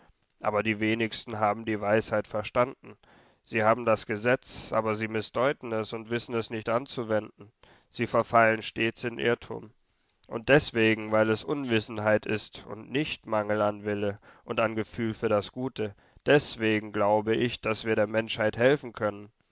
aber die wenigsten haben die weisheit verstanden sie haben das gesetz aber sie mißdeuten es und wissen es nicht anzuwenden sie verfallen stets in irrtum und deswegen weil es unwissenheit ist und nicht mangel an wille und an gefühl für das gute deswegen glaube ich daß wir der menschheit helfen können